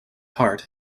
heart